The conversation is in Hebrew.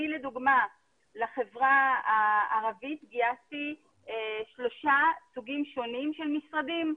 לדוגמה לחברה הערבית אני גייסתי שלושה סוגים שונים של משרדים,